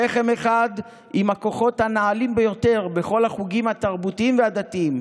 שכם אחד עם הכוחות הנעלים ביותר בכל החוגים התרבותיים והדתיים".